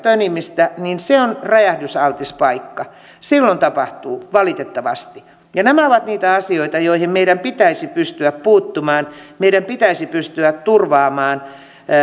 tönimistä niin se on räjähdysaltis paikka silloin tapahtuu valitettavasti nämä ovat niitä asioita joihin meidän pitäisi pystyä puuttumaan meidän pitäisi pystyä turvaamaan